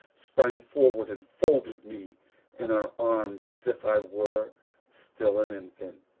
sprang forward and folded me in her arms as if i were still an infant.